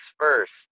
first